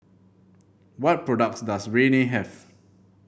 what products does Rene have